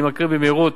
אני מקריא במהירות.